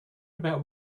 about